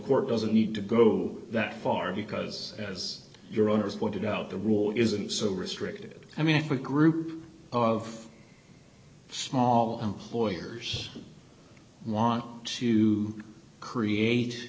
court doesn't need to go that far because as your owners pointed out the rule isn't so restricted i mean if we group of small employers want to create